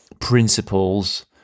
principles